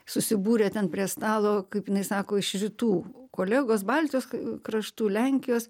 susibūrę ten prie stalo kaip jinai sako iš rytų kolegos baltijos kraštų lenkijos